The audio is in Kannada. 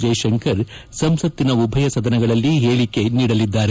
ಜೈಶಂಕರ್ ಸಂಸತ್ತಿನ ಉಭಯ ಸದನಗಳಲ್ಲಿ ಹೇಳಿಕೆ ನೀಡಲಿದ್ದಾರೆ